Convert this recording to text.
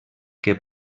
que